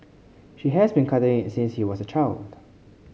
she has been cutting it since was child